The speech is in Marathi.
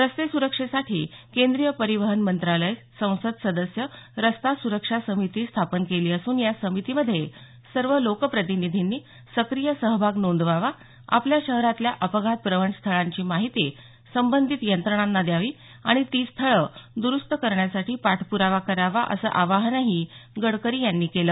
रस्ते सुरक्षेसाठी केंद्रीय परिवहन मंत्रालय संसद सदस्य रस्ता सुरक्षा समिती स्थापन केली असून या समितीमध्ये सर्व लोकप्रतिनिधींनी सक्रीय सहभाग नोंदवावा आपल्या शहरातल्या अपघात प्रवण स्थळांची माहिती संबंधित यंत्रणांना द्यावी आणि ती स्थळं दरुस्त करण्यासाठी पाठपुरावा करावा असं आवाहनही गडकरी यांनी केलं